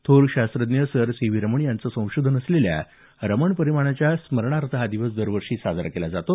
थोर शास्त्रज्ञ sir C V Raman यांचं संशोधन असलेल्या रमण परिणामाच्या स्मरणार्थे हा दिवस दरवर्षी साजरा केला जातो